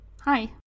hi